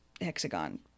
hexagon